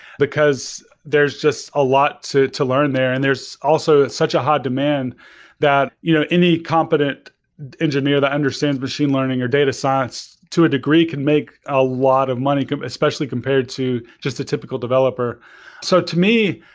because there's just a lot to to learn there and there's also such a hot demand that you know any competent engineer that understands machine learning, or data science to a degree can make a lot of money, especially compared to just a typical developer so to me,